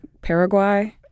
paraguay